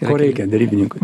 ko reikia derybininkui